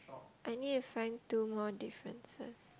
I need to find two more differences